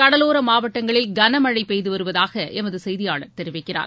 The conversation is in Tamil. கடலோர மாவட்டங்களில் கன மனழ பெய்து வருவதாக எமது செய்தியாளர் தெரிவிக்கிறார்